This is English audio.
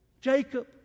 Jacob